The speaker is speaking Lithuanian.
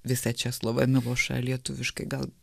visą česlovą milošą lietuviškai gal